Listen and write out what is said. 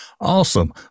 Awesome